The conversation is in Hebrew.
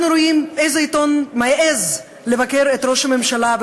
אנחנו רואים איזה עיתון מעז לבקר את ראש הממשלה,